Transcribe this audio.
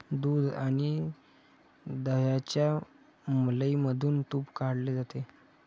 दूध आणि दह्याच्या मलईमधून तुप काढले जाते